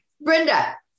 Brenda